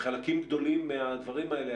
בחלקים גדולים מהדברים האלה,